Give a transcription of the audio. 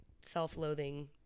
self-loathing